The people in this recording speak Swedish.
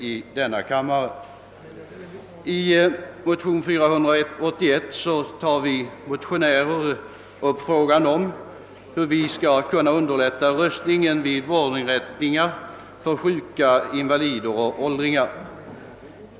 Vi motionärer har där tagit upp frågan om hur man skall kunna underlätta röstningen vid vårdinrättningar för sjuka, invalider och åldringar.